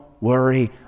worry